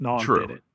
True